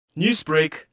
Newsbreak